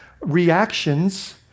reactions